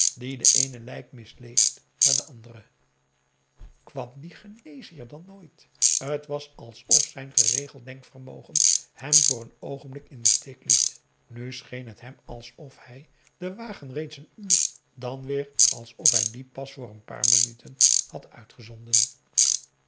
die de eene lijkmis leest na de andere kwam die geneesheer dan nooit t was alsof zijn geregeld denkvermogen hem voor een oogenblik in den steek liet nu scheen het hem alsof hij den wagen reeds een uur dan weer alsof hij dien pas voor n paar minuten had uitgezonden